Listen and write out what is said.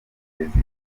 perezida